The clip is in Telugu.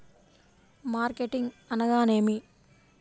మార్కెటింగ్ అనగానేమి?